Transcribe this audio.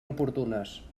oportunes